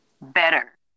better